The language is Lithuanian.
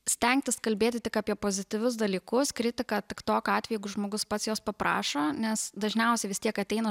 stengtis kalbėti tik apie pozityvius dalykus kritika tik tokiu atveju jeigu žmogus pats jos paprašo nes dažniausiai vis tiek ateina